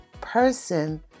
person